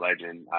legend